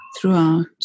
throughout